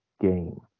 game